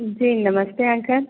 जी नमस्ते अंकल